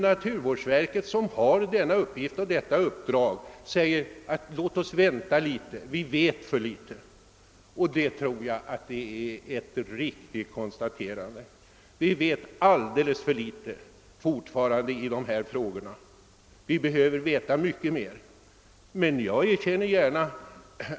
Naturvårdsverket, som alltså har denna övervakande uppgift, säger nu att vi bör vänta, eftersom vi ännu vet för litet. Jag tror att naturvårdsverkets konstaterande är riktigt vi vet fortfarande alldeles för litet om dessa frågor.